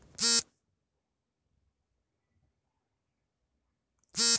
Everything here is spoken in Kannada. ಸಾಮಾಜಿಕ ಮಾಧ್ಯಮದಲ್ಲಿ ಪೋಸ್ಟ್ ಮಾಡಲು ಉತ್ತಮ ಸಮಯ ಯಾವುದು?